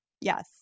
yes